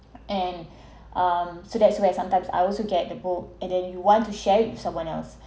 and um so that's why sometimes I also get the book and then you want to share with someone else